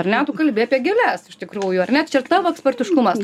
ar ne tu kalbi apie gėles iš tikrųjų ar ne tai čia tavo ekspertiškumas